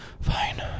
Fine